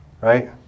Right